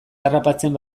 harrapatzen